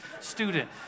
student